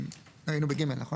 היינו ב-(ג), נכון?